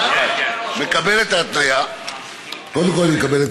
אני מקבל את ההתניה,